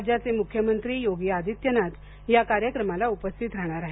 राज्याचे मुख्य मंत्री योगी आदित्यनाथ या कार्यक्रमाला उपस्थित राहणार आहेत